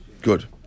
Good